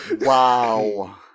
Wow